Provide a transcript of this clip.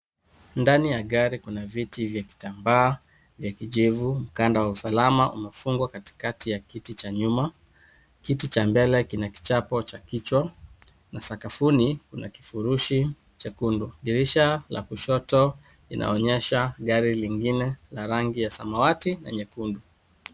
Ndani ya gari kuna viti vya kitambaa vya kijivu. Ukanda wa usalama umefungwa katikati ya kiti cha nyuma. Kiti cha mbele kina kichapo cha kichwa na sakafuni kuna kifurushi chekundu. Dirisha la kushoto linaonyesha gari lingine la rangi ya samawati na nyekundu.